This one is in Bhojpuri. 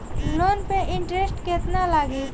लोन पे इन्टरेस्ट केतना लागी?